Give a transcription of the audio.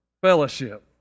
fellowship